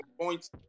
Points